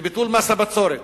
לביטול מס הבצורת.